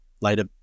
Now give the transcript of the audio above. later